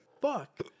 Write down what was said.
Fuck